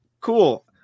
cool